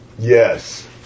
Yes